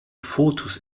fotos